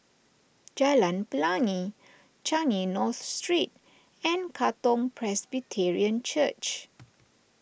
Jalan Pelangi Changi North Street and Katong Presbyterian Church